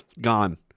gone